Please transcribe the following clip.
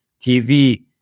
tv